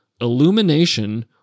illumination